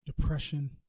Depression